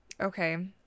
Okay